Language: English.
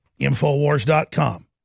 Infowars.com